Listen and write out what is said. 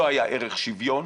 לא היה ערך שוויון,